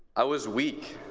i was weak,